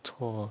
不错